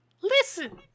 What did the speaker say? listen